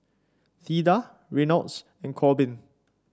Theda Reynolds and Korbin